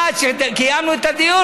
עד שקיימנו את הדיון,